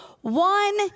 One